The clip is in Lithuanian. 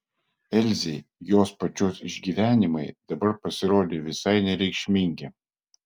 elzei jos pačios išgyvenimai dabar pasirodė visai nereikšmingi